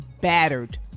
battered